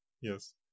yes